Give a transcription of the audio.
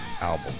album